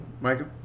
Michael